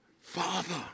Father